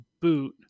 boot